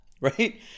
right